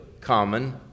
common